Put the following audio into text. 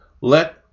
let